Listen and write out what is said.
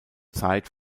zeit